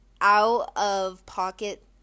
out-of-pocket